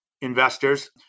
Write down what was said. investors